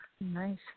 Nice